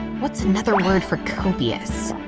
what's another word for copious?